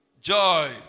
joy